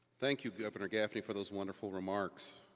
thank you, governor gaffney for those wonderful remarks.